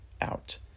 out